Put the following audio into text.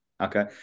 Okay